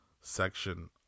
section